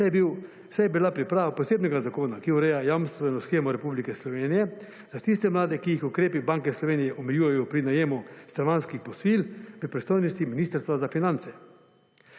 saj je bila priprava posebnega zakona, ki ureja jamstveno shemo Republike Slovenije, za tiste mlade, ki jih ukrepi Banke Slovenije omejujejo pri najemu stanovanjskih posojil, pri pristojnosti Ministrstva za finance.